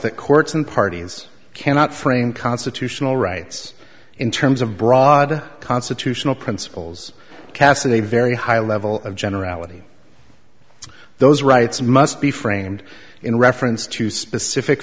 that courts and parties cannot frame constitutional rights in terms of broad constitutional principles cason a very high level of generality those rights must be framed in reference to specific